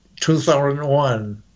2001